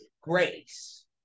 grace